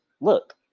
look